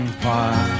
fire